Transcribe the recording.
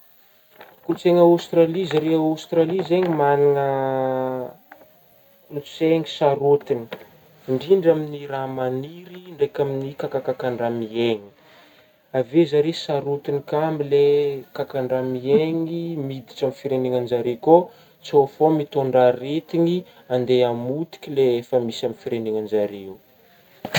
Kolotsaigna Aôstralia zare a Aôstralia zegny magnana kolontsaigna sarôtigny indrindra amin'gny raha magniry ndraiky amin'gny kakakakan-draha mihegny, avy eo zare sarotigny ka amin'gny le kakan-draha mihegny miditra amin'gny firenegna ny zare kô, sô fô mitondra aretigny andeha amotiky le efa misy amign'ny firenegna zare ao.